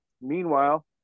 Meanwhile